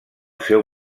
seu